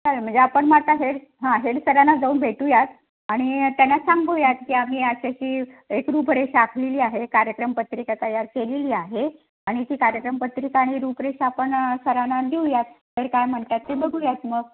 चालेल म्हणजे आपण मग आता हेड हां हेड सराना जाऊन भेटूयात आणि त्यांना सांगूयात की आम्ही अशी अशी एक रूपरेषा आखलेली आहे कार्यक्रमपत्रिका तयार केलेली आहे आणि ती कार्यक्रमपत्रिका आणि रूपरेषा आपण सरांना देऊयात सर काय म्हणतात ते बघूयात मग